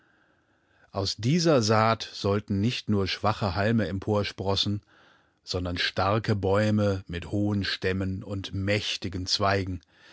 aus dieser saat sollten nicht nur schwache halme emporsprossen sondern starke bäume mit hohen stämmen und mächtigen zweigen